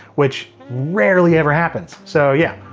which rarely ever happens. so yeah,